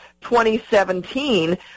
2017